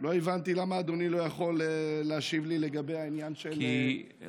לא הבנתי למה אדוני לא יכול להשיב לי לגבי העניין של המעצר.